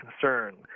concern